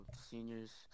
seniors